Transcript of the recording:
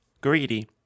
greedy